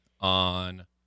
on